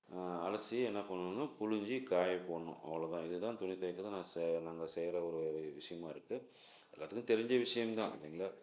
அலசி என்ன பண்ணணும்ன்னா புழிஞ்சி காய போடணும் அவ்வளோதான் இது தான் துணி துவைக்கறத நான் செ நாங்கள் செய்கிற ஒரு விஷயமா இருக்குது எல்லோத்துக்கும் தெரிஞ்ச விஷயம் தான் அது அந்நில